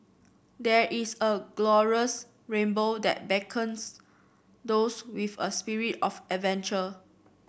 there is a glorious rainbow that beckons those with a spirit of adventure